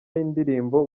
y’indirimbo